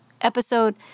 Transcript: episode